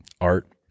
art